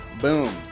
Boom